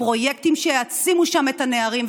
פרויקטים שיעצימו שם את הנערים,